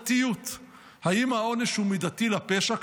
מידתיות, האם העונש הוא מידתי לפשע?